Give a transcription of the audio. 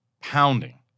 Pounding